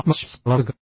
ആത്മവിശ്വാസം വളർത്തുക